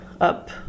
up